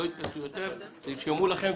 תרשמו לכם.